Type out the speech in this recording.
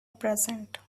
present